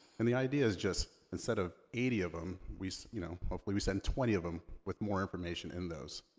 and the idea is just, instead of eighty of them, we, you know, hopefully we send twenty of them, with more information in those.